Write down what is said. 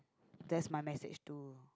that's my message to